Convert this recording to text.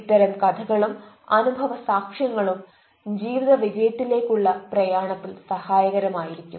ഇത്തരം കഥകളും അനുഭവ സാക്ഷ്യങ്ങളും ജീവിത വിജയത്തിലേക്കുള്ള പ്രയാണത്തിൽ സഹയകരമായിരിക്കും